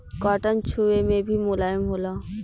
cotton छुवे मे भी मुलायम होला